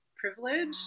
privilege